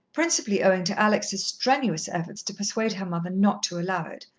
principally owing to alex's strenuous efforts to persuade her mother not to allow it,